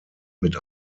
mit